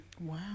Wow